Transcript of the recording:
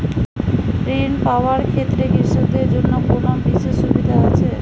ঋণ পাওয়ার ক্ষেত্রে কৃষকদের জন্য কোনো বিশেষ সুবিধা আছে?